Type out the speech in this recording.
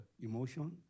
emotion